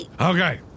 Okay